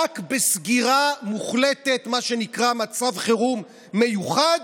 רק בסגירה מוחלטת, מה שנקרא מצב חירום מיוחד,